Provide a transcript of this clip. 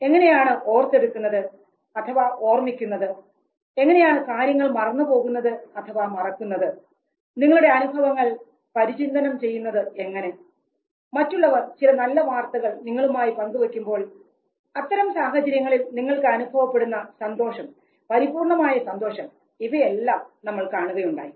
എങ്ങനെയാണ് ഓർത്തെടുക്കുന്നത് അഥവാ ഓർമിക്കുന്നത് എങ്ങനെയാണ് കാര്യങ്ങൾ മറന്നുപോകുന്നത് അഥവാ മറക്കുന്നത് നിങ്ങളുടെ അനുഭവങ്ങൾ പരിചിന്തനം ചെയ്യുന്നത് എങ്ങനെ മറ്റുള്ളവർ ചില നല്ല വാർത്തകൾ നിങ്ങളുമായി പങ്കു വയ്ക്കുമ്പോൾ അത്തരം സാഹചര്യങ്ങളിൽ നിങ്ങൾക്ക് അനുഭവപ്പെടുന്ന സന്തോഷം പരിപൂർണ്ണമായ സന്തോഷം ഇവയെല്ലാം നമ്മൾ കാണുകയുണ്ടായി